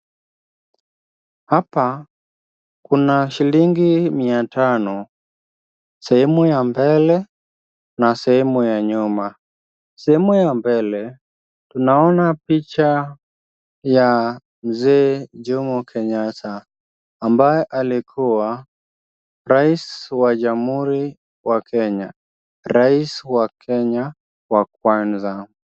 Hapa kuna shilingi mia tano, sehemu ya mbele na sehemu ya nyuma. Sehemu ya mbele tunaona picha ya Mzee Jomo Kenyatta, ambaye alikuwa Rais wa Jamhuri ya Kenya, Rais wa Kenya wa kwanza.